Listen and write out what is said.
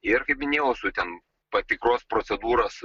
ir kaip minėjau su ten patikros procedūros